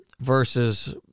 versus